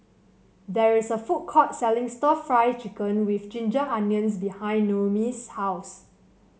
there is a food court selling stir Fry Chicken with Ginger Onions behind Noemi's house